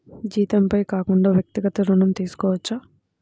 జీతంపై కాకుండా వ్యక్తిగత ఋణం తీసుకోవచ్చా?